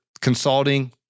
consulting